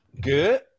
Good